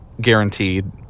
guaranteed